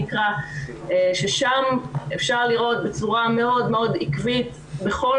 ששם אפשר לראות בצורה מאוד מאוד עקבית בכל